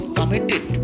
committed